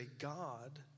God